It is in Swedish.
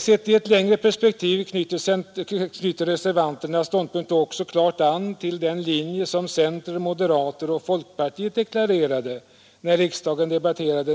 Sett i ett längre perspektiv knyter reservanternas ståndpunkt också klart an till den linje som centerpartister, moderater och folkpartister deklarerade när riksdagen debatterade